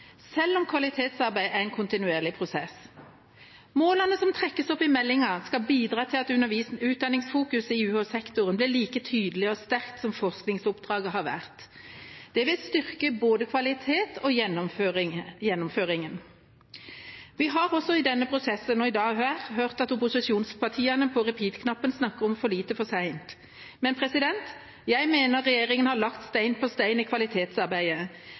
selv om kvalitetsarbeid er en kontinuerlig prosess. Målene som trekkes opp i meldinga, skal bidra til at utdanningsfokuset i UH-sektoren blir like tydelig og sterkt som forskningsoppdraget har vært. Det vil styrke både kvaliteten og gjennomføringen. Vi har i denne prosessen og i dag hørt at opposisjonspartiene – med fingeren på «repeat»-knappen – snakker om for lite for sent. Men jeg mener regjeringa har lagt sten på sten i kvalitetsarbeidet